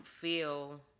feel